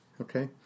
Okay